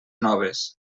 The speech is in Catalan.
noves